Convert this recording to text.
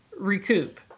recoup